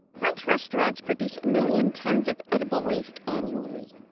french restaurants produce a million tons of edible waste annually.